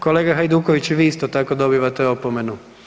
Kolega Hajduković i vi isto tako dobivate opomenu.